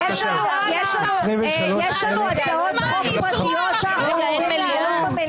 --- יש לנו הצעות חוק פרטיות שאנחנו רוצים להעלות במליאה.